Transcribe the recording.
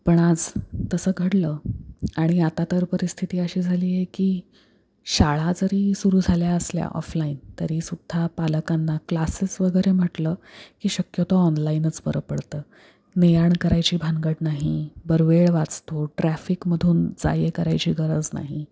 पण आज तसं घडलं आणि आता तर परिस्थिती अशी झाली आहे की शाळा जरी सुरू झाल्या असल्या ऑफलाईन तरी सुद्धा पालकांना क्लासेस वगैरे म्हटलं की शक्यतो ऑनलाईनच बरं पडतं ने आण करायची भानगड नाही बरं वेळ वाचतो ट्रॅफिकमधून जा ये करायची गरज नाही